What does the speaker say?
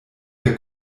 der